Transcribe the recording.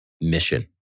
mission